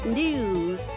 news